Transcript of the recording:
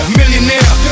millionaire